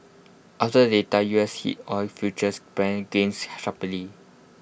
after the data U S heat oil futures pared gains sharply